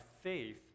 faith